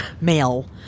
male